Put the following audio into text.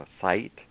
site